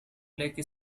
lake